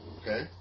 Okay